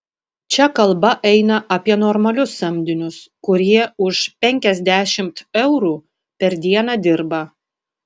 čia kalba eina apie normalius samdinius kurie už penkiasdešimt eurų per dieną dirba